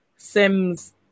Sims